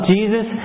Jesus